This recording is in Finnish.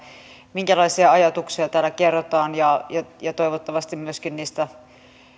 minkälaisia ajatuksia täällä kerrotaan ja toivottavasti myöskin